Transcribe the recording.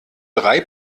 drei